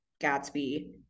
Gatsby